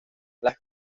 las